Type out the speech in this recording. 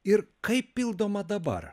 ir kaip pildoma dabar